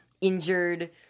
injured